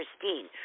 Christine